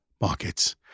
markets